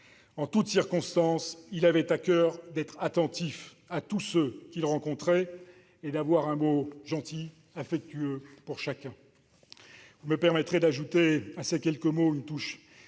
En toutes circonstances, il avait à coeur d'être attentif à tous ceux qu'il rencontrait et d'avoir un mot gentil pour chacun. Vous me permettrez d'ajouter à ces quelques mots une touche